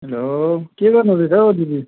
hello के गर्नु हुँदैछ हौ दिदी